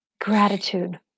Gratitude